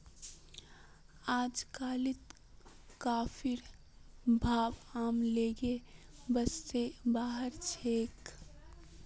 अजकालित कॉफीर भाव आम लोगेर बस स बाहर छेक